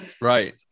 Right